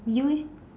you leh